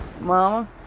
mama